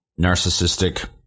narcissistic